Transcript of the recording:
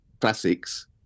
classics